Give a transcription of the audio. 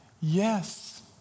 Yes